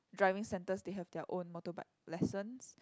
driving centres they have their own motorbike lessons